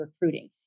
recruiting